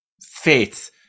faith